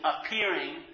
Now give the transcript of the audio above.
appearing